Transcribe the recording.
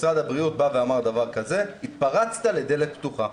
משרד הבריאות בא ואמר 'התפרצת לדלת פתוחה'.